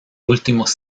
últimos